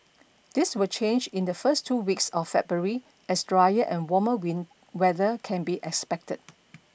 this will change in the first two weeks of February as drier and warmer win weather can be expected